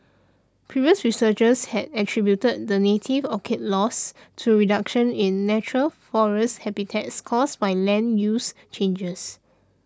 previous researchers had attributed the native orchid's loss to reduction in natural forest habitats caused by land use changes